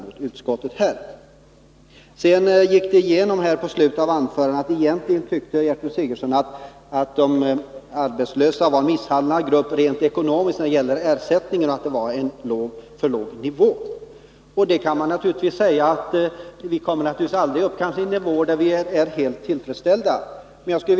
Mot slutet av Gertrud Sigurdsens anförande slog det igenom att hon egentligen tyckte att de arbetslösa rent ekonomiskt var en misshandlad grupp när det gällde ersättningen, dvs. att den låg på en alltför låg nivå. Till det kan man naturligtvis säga att ersättningen aldrig kommer upp i en helt tillfredsställande nivå.